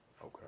Okay